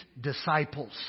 disciples